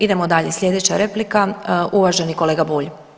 Idemo dalje, slijedeća replika uvaženi kolega Bulj.